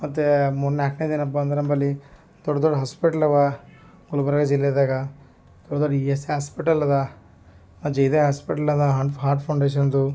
ಮತ್ತು ಮೂರು ನಾಲ್ಕನೇದೇನಪ್ಪ ಅಂದರೆ ನಂಬಲ್ಲಿ ದೊಡ್ಡ ದೊಡ್ಡ ಹಾಸ್ಪಿಟ್ಲ್ ಅವಾ ಗುಲ್ಬರ್ಗಾ ಜಿಲ್ಲೆದಾಗೆ ಹೇಳೋದಾರ್ ಈಎಸ್ಐ ಹಾಸ್ಪಿಟಲ್ ಅದಾ ಜೈ ದೇವ ಹಾಸ್ಪಿಟ್ಲ್ ಅದಾ ಹಾಂಟ್ ಹಾರ್ಟ್ ಫೌಂಡೇಶನ್ದು